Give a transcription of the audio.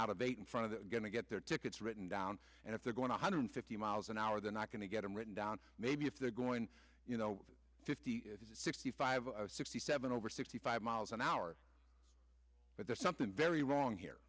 out of eight in front of that going to get their tickets written down and if they're going to hundred fifty miles an hour they're not going to get them written down maybe if they're going you know fifty sixty five sixty seven over sixty five miles an hour but there's something very wrong here